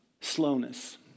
slowness